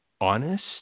honest